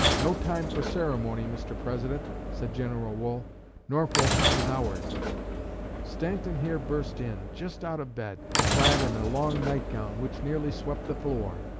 no time for ceremony, mr. president said general wool norfolk is ours stanton here burst in, just out of bed, clad in a long night-gown which nearly swept the floor,